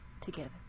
together